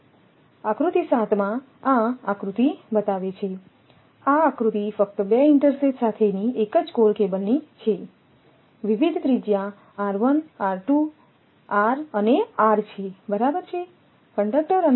તેથી આકૃતિ 7 આ આકૃતિ બતાવે છે આ આકૃતિ ફક્ત2 ઇન્ટરસેથ સાથેની એક જ કોર કેબલની છે વિવિધ ત્રિજ્યાઅને છેબરાબરછે